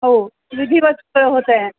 हो विधिवत होत आहे